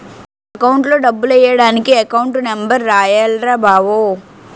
అకౌంట్లో డబ్బులెయ్యడానికి account number రాయాల్రా బావో